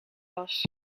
was